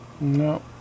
No